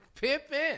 Pippin